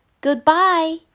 goodbye